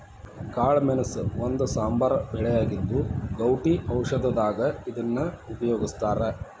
ಕಾಳಮೆಣಸ ಒಂದು ಸಾಂಬಾರ ಬೆಳೆಯಾಗಿದ್ದು, ಗೌಟಿ ಔಷಧದಾಗ ಇದನ್ನ ಉಪಯೋಗಸ್ತಾರ